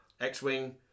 X-Wing